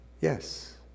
yes